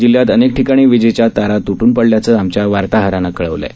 जिल्ह्यात अनेक ठिकाणी वीजेच्या तारा त्टून पडल्याचं आमच्या वार्ताहरानं कळवलं आहे